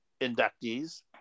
inductees